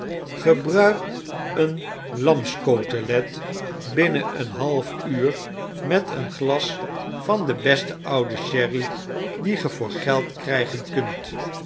gebruik eenlamscdtelet binnen een half uur met een glas van den besten ouden sherry dien ge voor geld krijgen kunt